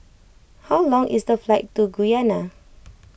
how long is the flight to Guyana